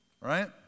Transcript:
right